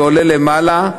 ועולה למעלה,